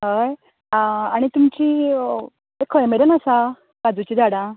हय आनी तुमची खंय मेरेन आसा काजूचीं झाडां